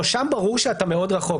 שם ברור שאתה מאוד רחוק,